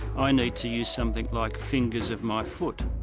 i need to use something like fingers of my foot.